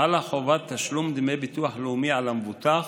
חלה חובת תשלום דמי ביטוח לאומי על המבוטח